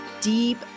deep